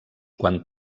quan